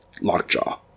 Lockjaw